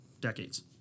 decades